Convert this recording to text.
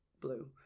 blue